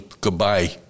goodbye